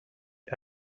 est